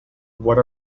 what